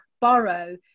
borrow